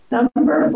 Number